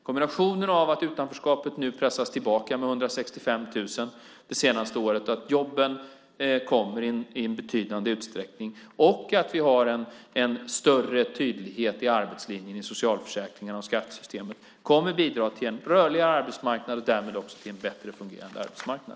Kombinationen av att utanförskapet nu pressas tillbaka med 165 000 det senaste året, att jobben kommer i betydande utsträckning och att vi har en större tydlighet i arbetslinjen i socialförsäkringarna och skattesystemet kommer att bidra till en rörligare arbetsmarknad och därmed också en bättre fungerande arbetsmarknad.